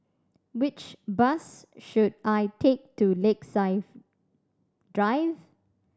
which bus should I take to Lakeside Drive